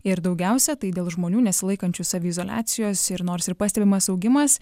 ir daugiausia tai dėl žmonių nesilaikančių saviizoliacijos ir nors ir pastebimas augimas